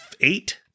eight –